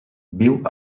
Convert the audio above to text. viu